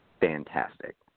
fantastic